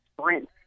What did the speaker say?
sprint